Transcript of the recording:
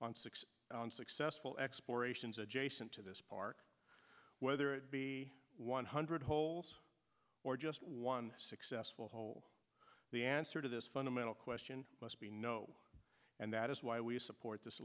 on six successful explorations adjacent to this park whether it be one hundred holes or just one successful hole the answer to this fundamental question must be no and that is why we support this